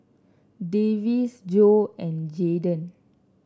Davis Jo and Jadon